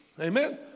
Amen